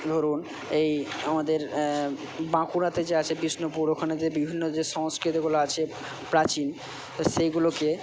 ধরুন এই আমাদের বাঁকুড়াতে যে আছে বিষ্ণুপুর ওখানে যে বিভিন্ন যে সংস্কৃতিগুলো আছে প্রাচীন তো সেইগুলোকে